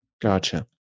Gotcha